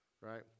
right